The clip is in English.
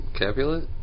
Capulet